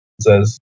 says